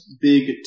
big